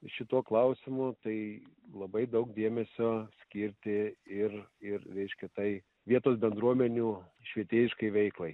šito klausimo tai labai daug dėmesio skirti ir ir vis kitai vietos bendruomenių švietėjiškai veiklai